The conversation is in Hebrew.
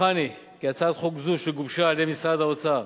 בטוחני כי הצעת חוק זו, שגובשה על-ידי משרד האוצר